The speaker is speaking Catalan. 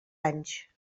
anys